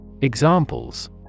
Examples